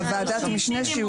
שיהיו בוועדת המשנה?